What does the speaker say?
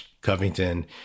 Covington